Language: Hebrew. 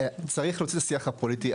צריך להוציא את השיח הפוליטי.